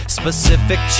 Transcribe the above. specific